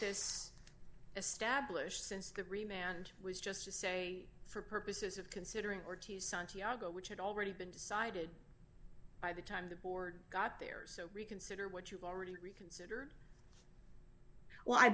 this established since the re manned was just to say for purposes of considering or to santiago which had already been decided by the time the board got there so reconsider what you've already reconsidered well i